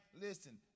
listen